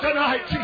Tonight